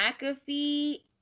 McAfee